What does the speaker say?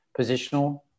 positional